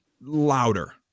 louder